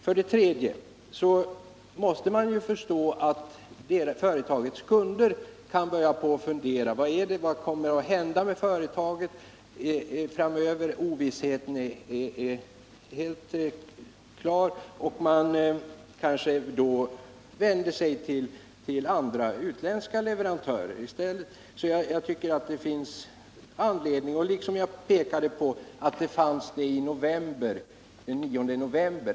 För det tredje måste vi förstå att företagets kunder kan börja fundera på vad som kommer att hända med företaget framöver. Det är helt klart att det råder ovisshet, och de kanske då vänder sig till andra, utländska leverantörer i stället. Av dessa skäl tycker jag att det finns anledning att handla snabbt liksom det i november fanns sådan anledning.